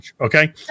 okay